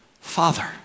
Father